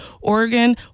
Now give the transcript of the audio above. Oregon